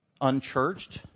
unchurched